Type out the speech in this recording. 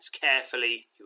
Carefully